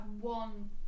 one